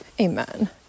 Amen